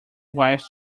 wife